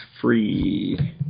free